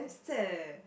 very sad eh